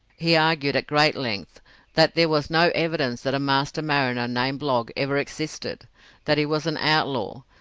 he argued at great length that there was no evidence that a master mariner named blogg ever existed that he was an outlaw,